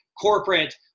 corporate